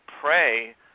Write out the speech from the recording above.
pray